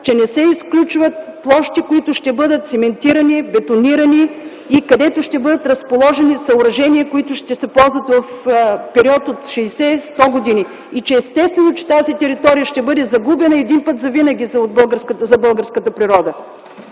че не се изключват площи, които ще бъдат циментирани, бетонирани, където ще бъдат разположени съоръжения, които ще се ползват в период от 60-100 години. Естествено е, че тази територия ще бъде загубена един път завинаги за българската природа.